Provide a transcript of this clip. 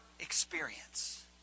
experience